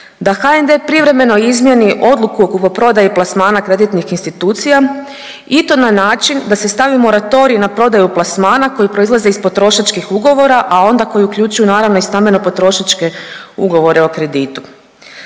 da HNB privremeno izmjeni odluku o kupoprodaji plasmana kreditnih institucija i to na način da se stavi moratorij na prodaju plasmana koji proizlaze iz potrošačkih ugovora, a onda koji uključuju naravno i stambeno potrošačke ugovore o kreditu.